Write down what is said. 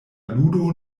ludo